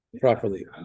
properly